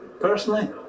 Personally